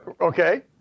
Okay